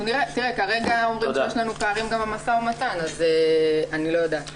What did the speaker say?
כרגע יש לנו גם פערים במשא ומתן, אז אני לא יודעת.